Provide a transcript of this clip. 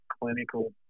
clinical